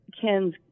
Ken's